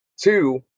Two